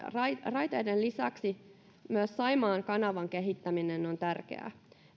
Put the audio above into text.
raiteiden lisäksi myös saimaan kanavan kehittäminen on tärkeää